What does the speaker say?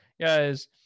guys